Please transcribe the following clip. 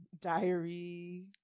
diary